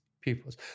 pupils